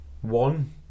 One